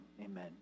Amen